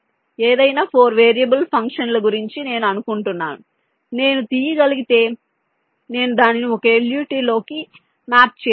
ఏదైనా 4 variable function గురించి నేను అనుకుంటున్నాను నేను తీయగలిగితే నేను దానిని ఒక LUT లోకి మ్యాప్ చేయవచ్చు